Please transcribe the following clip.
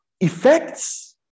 effects